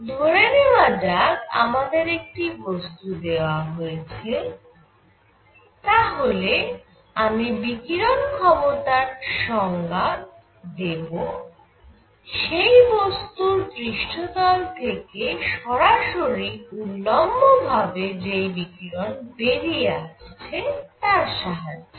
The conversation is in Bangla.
ধরে নেওয়া যাক আমাদের একটি বস্তু দেওয়া হয়েছে তাহলে আমি বিকিরণ ক্ষমতার সংজ্ঞা দেবসেই বস্তুর পৃষ্ঠতল থেকে সরাসরি উল্লম্ব ভাবে যেই বিকিরণ বেরিয়ে আসছে তার সাহায্যে